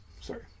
sorry